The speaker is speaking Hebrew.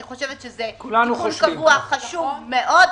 אני חושבת שזה תיקון קבוע חשוב מאוד,